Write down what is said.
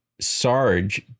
sarge